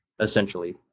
essentially